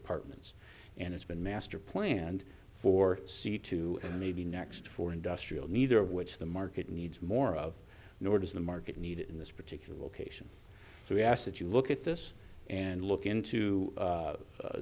apartments and has been master planned for c two and maybe next for industrial neither of which the market needs more of nor does the market need it in this particular location so we ask that you look at this and look into